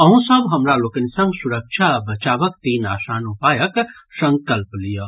अहूँ सभ हमरा लोकनि संग सुरक्षा आ बचावक तीन आसान उपायक संकल्प लियऽ